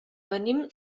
venim